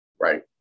Right